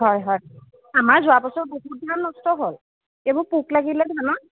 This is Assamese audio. হয় হয় আমাৰ যোৱা বছৰ বহুত ধান নষ্ট হ'ল এইবোৰ পোক লাগিলে ধানত